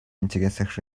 интересах